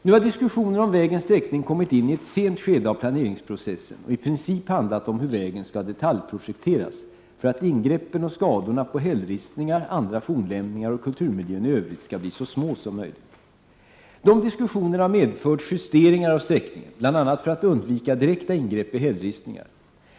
Nu har diskussionen om vägens sträckning kommit in i ett sent skede av planeringsprocessen och i princip handlat om hur vägen skall detaljprojekteras, för att ingreppen och skadorna på hällristningar, andra fornlämningar och kulturmiljön i övrigt skall bli så små som möjligt. Dessa diskussioner har medfört justeringar av sträckningen, bl.a. för att undvika direkta ingrepp i hällristningar.